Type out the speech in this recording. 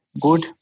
good